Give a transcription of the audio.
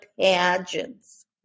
pageants